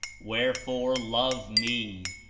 wherefore love me,